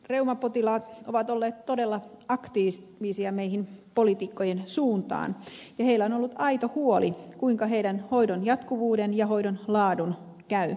reumapotilaat ovat olleet todella aktiivisia meidän poliitikkojen suuntaan ja heillä on ollut aito huoli siitä kuinka heidän hoitonsa jatkuvuuden ja hoitonsa laadun käy